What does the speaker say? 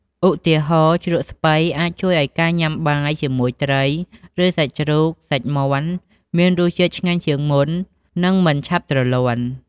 ឧទាហរណ៍ ជ្រក់ស្ពៃ អាចជួយឲ្យការញ៉ាំបាយជាមួយត្រី ឬសាច់ជ្រូក សាច់មាន់មានរសជាតិឆ្ងាញ់ជាងមុន និងមិនឆាប់ទ្រលាន់។